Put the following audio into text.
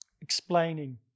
explaining